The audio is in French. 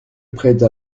prête